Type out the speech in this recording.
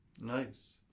Nice